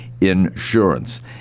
insurance